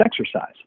exercise